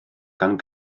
gan